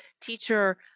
teacher